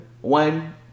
One